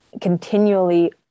continually